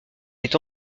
est